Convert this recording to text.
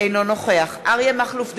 אינו נוכח אריה מכלוף דרעי,